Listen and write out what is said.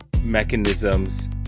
mechanisms